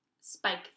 spike